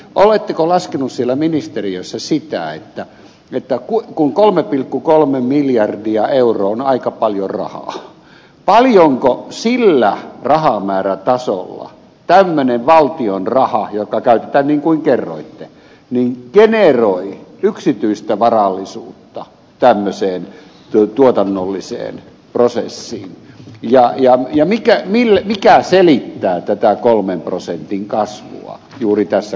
oletteko laskenut sillä ministeriössä sitä että mitä tuo kun kolme pilkku kolme miljardia euroa on aika paljon rahaa paljonko sillä rahamäärätasolla tämmöinen valtion rahaa joka käyttää niin kuin kerroitte niin teemme roh yksityistä varallisuutta tämmöiseen tuotannolliseen prosessiin ja ja mikä villi ja selittää tätä kolmen prosentin kasvua juuri tässä